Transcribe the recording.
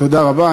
תודה רבה.